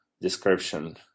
description